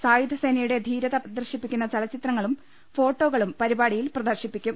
സായുധ സേനയുടെ ധീരത പ്രദർശിപ്പിക്കുന്ന ചലച്ചിത്രങ്ങളും ഫോട്ടോകളും പരിപാടിയിൽ പ്രദർശിപ്പിക്കും